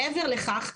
מעבר לכך,